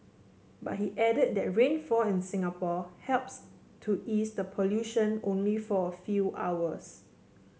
but he added that rainfall in Singapore helps to ease the pollution only for a few hours